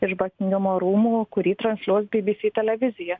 iš bakingamo rūmų kurį transliuos bbc televizija